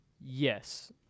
Yes